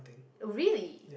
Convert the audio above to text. really